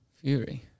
Fury